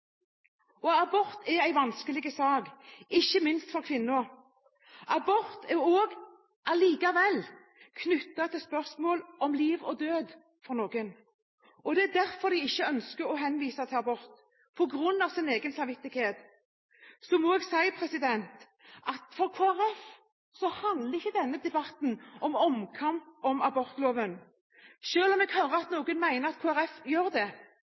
og død. Abort er en vanskelig sak – ikke minst for kvinnen. Abort er likevel også knyttet til spørsmål om liv og død for noen. Det er derfor de ikke ønsker å henvise til abort; på grunn av sin egen samvittighet. For Kristelig Folkeparti handler ikke denne debatten om omkamp om abortloven, selv om jeg hører at